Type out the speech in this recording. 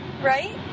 right